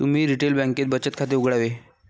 तुम्ही रिटेल बँकेत बचत खाते उघडावे